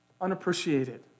unappreciated